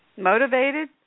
Motivated